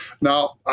Now